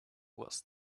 was